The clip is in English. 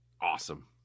Awesome